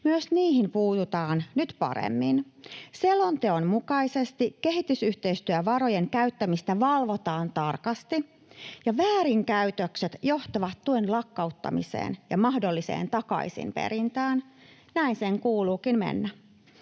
Myös niihin puututaan nyt paremmin. Selonteon mukaisesti kehitysyhteistyövarojen käyttämistä valvotaan tarkasti ja väärinkäytökset johtavat tuen lakkauttamiseen ja mahdolliseen takaisinperintään. Näin sen kuuluukin mennä.